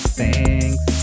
thanks